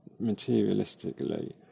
materialistically